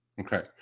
Okay